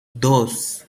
dos